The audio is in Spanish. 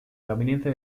gabinete